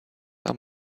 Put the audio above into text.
are